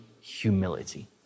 humility